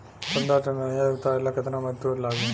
पन्द्रह टन अनाज उतारे ला केतना मजदूर लागी?